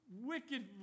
wicked